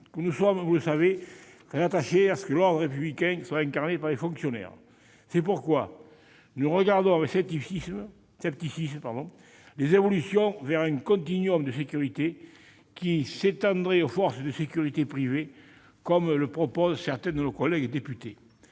nous sommes très attachés à ce que l'ordre républicain soit incarné par des fonctionnaires. C'est pourquoi nous considérons avec scepticisme les évolutions vers un continuum de sécurité qui s'étendrait aux forces de sécurité privées, évolutions proposées par certains de nos collègues députés.